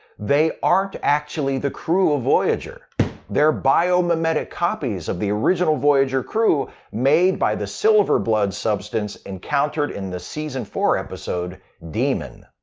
they aren't actually the crew of voyager they're biomimetic copies of the original voyager crew made by the silver blood substance encountered in the season four episode demon.